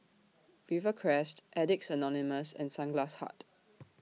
Rivercrest Addicts Anonymous and Sunglass Hut